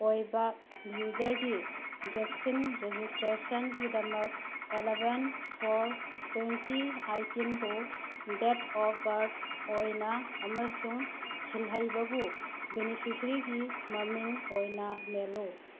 ꯑꯣꯏꯕ ꯌꯨꯖꯔꯒꯤ ꯕꯦꯛꯁꯤꯟ ꯔꯦꯖꯤꯁꯇ꯭ꯔꯦꯁꯟꯒꯤꯗꯃꯛ ꯑꯦꯂꯕꯦꯟ ꯐꯣꯔ ꯇ꯭ꯋꯦꯟꯇꯤ ꯑꯩꯠꯇꯤꯟꯕꯨ ꯗꯦꯠ ꯑꯣꯐ ꯕꯥꯔꯠ ꯑꯣꯏꯅ ꯑꯃꯁꯨꯡ ꯁꯤꯜꯍꯩꯕꯕꯨ ꯕꯦꯅꯤꯐꯤꯁꯔꯤ ꯃꯃꯤꯡ ꯑꯣꯏꯅ ꯃꯦꯜꯂꯨ